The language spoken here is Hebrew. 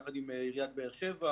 יחד עם עיריית באר שבע,